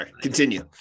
continue